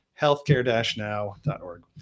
healthcare-now.org